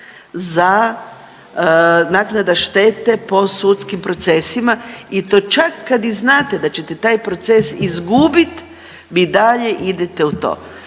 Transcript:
za, naknada štete po sudskim procesima i to čak kad i znate da ćete taj proces izgubiti vi i dalje idete u to.